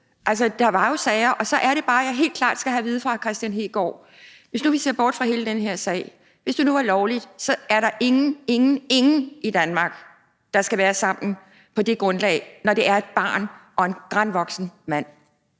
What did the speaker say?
Altså, der var jo sager, og så er det bare, at jeg helt klart skal have det at vide fra hr. Kristian Hegaard. Hvis nu vi ser bort fra hele den her sag, hvis det nu var lovligt, så er der ingen, ingen, ingen i Danmark, der skal være sammen på det grundlag, når der er tale om et barn og en granvoksen mand.